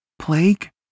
Plague